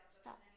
Stop